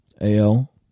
AL